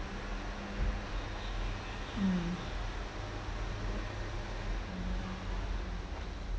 mm